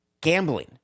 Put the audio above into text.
gambling